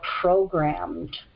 programmed